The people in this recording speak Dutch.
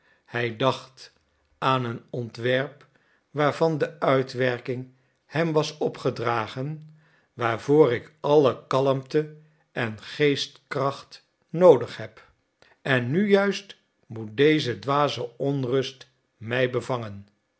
hij dacht aan een ontwerp waarvan de uitwerking hem was opgedragen waarvoor ik alle kalmte en geestkracht noodig heb en nu juist moet deze dwaze onrust mij bevangen